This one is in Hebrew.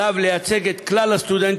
עליו לייצג את כלל הסטודנטים,